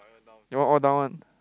your one all down one